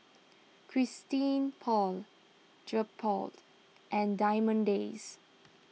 Christian Paul and Diamond Days